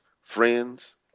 friends